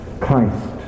Christ